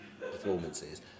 performances